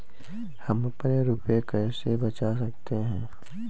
हम अपने रुपये कैसे बचा सकते हैं?